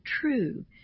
true